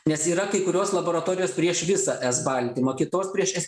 nes yra kai kurios laboratorijos prieš visą s baltymą kitos prieš s